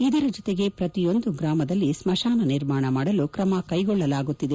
ಇದರ ಜೊತೆಗೆ ಪ್ರತಿಯೊಂದು ಗ್ರಾಮದಲ್ಲಿ ಸ್ಮಶಾನ ನಿರ್ಮಾಣ ಮಾಡಲು ಕ್ರಮ ಕೈಗೊಳ್ಳಲಾಗುತ್ತಿದೆ